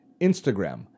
Instagram